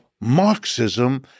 Marxism